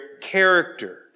character